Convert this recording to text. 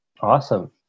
Awesome